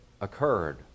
occurred